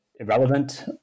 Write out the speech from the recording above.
irrelevant